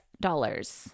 dollars